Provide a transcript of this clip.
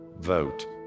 Vote